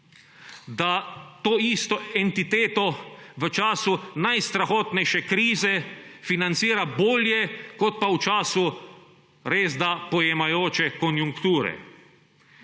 Da to isto entiteto v času najstrahotnejše krize financira bolje kot pa v času res da pojemajoče konjunkture.